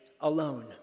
alone